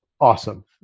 awesome